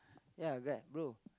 ya bro